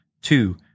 Two